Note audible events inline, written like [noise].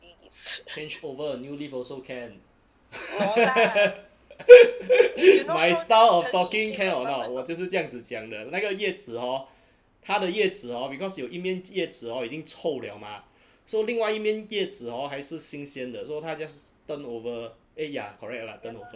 change over a new leaf also can [laughs] my style of talking can or not 我就是这样子讲的那个叶子 hor 他的叶子 hor because 有一面叶子 hor 已经臭了嘛 so 另外一面叶子 hor 还是新鲜的 so 他 just turn over eh ya correct lah turnover